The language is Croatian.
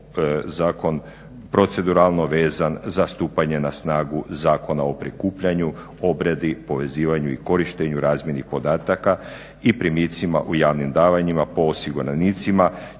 zakon proceduralno vezan za stupanje na snagu Zakona o prikupljanju, obradi, povezivanju i korištenju, razmjeni podataka i primicima u javnim davanjima po osiguranicima